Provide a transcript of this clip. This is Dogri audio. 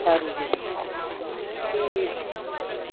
खरी भी ठीक